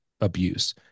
abuse